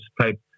type